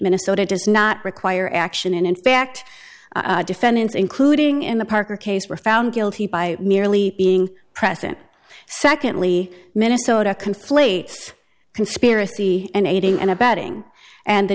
minnesota does not require action and in fact defendants including in the parker case were found guilty by merely being present secondly minnesota conflates conspiracy and aiding and abetting and the